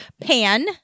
Pan